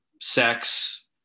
sex